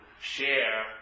share